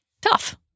Tough